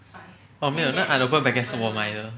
oh 没有那个 unopened packet 是我买的